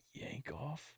Yankoff